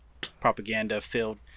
propaganda-filled